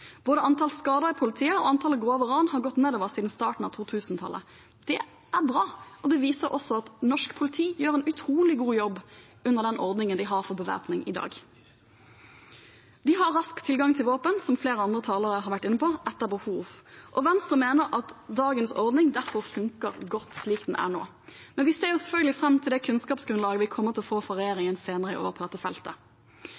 Både antall skader i politiet og antall grove ran har gått nedover siden starten av 2000-tallet. Det er bra, og det viser også at norsk politi gjør en utrolig god jobb under den ordningen vi har for bevæpning i dag. De har rask tilgang til våpen, som flere andre talere har vært inne på, etter behov. Venstre mener at dagens ordning derfor funker godt slik den er nå, men vi ser selvfølgelig fram til det kunnskapsgrunnlaget vi kommer til å få fra